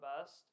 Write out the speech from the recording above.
best